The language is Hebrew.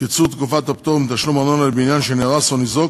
(קיצור תקופת הפטור מתשלום ארנונה על בניין שנהרס או ניזוק